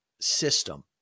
system